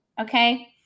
okay